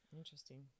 Interesting